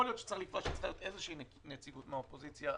יכול להיות שצריכה להיות איזושהי נציגות מהאופוזיציה,